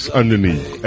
underneath